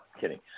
kidding